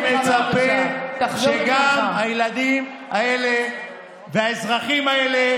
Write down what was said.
אני מצפה שגם הילדים האלה והאזרחים האלה,